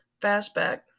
fastback